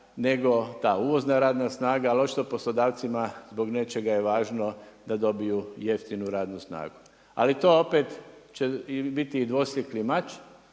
nego ta uvozna radna snaga. Ali očito poslodavcima zbog nečega je važno da dobiju jeftinu radnu snagu. Ali to opet će biti dvosjekli mač,